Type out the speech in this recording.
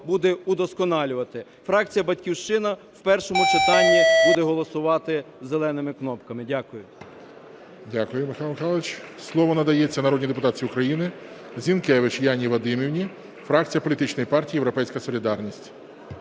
буде удосконалювати. Фракція "Батьківщина" в першому читанні буде голосувати зеленими кнопками. Дякую. ГОЛОВУЮЧИЙ. Дякую, Михайло Михайлович. Слово надається народній депутатці України Зінкевич Яні Вадимівні, фракція політичної партії "Європейська солідарність".